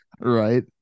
Right